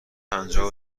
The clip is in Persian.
پنجاه